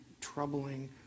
troubling